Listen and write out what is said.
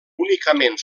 únicament